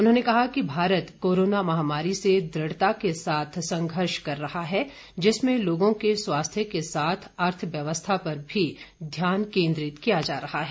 उन्होंने कहा कि भारत कोरोना महामारी से द्रद्वता के साथ संघर्ष कर रहा है जिसमें लोगों के स्वास्थ्य के साथ अर्थव्यवस्था पर भी ध्यान केंद्रित किया जा रहा है